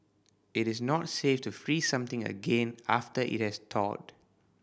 it is not safe to freeze something again after it has thawed